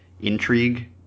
intrigue